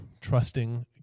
trusting